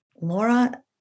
Laura